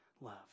love